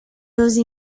those